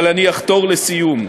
אבל אני אחתור לסיום.